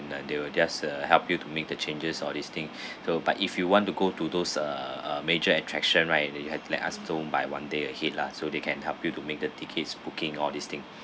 then they will just uh help you to make the changes all this thing so but if you want to go to those uh a major attraction right then you have to let us know by one day ahead lah so they can help you to make the tickets booking all these thing